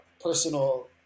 personal